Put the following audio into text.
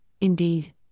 indeed